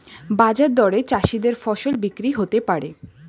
বাজার দরে চাষীদের ফসল বিক্রি হতে পারে